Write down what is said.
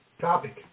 Topic